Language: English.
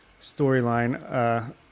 storyline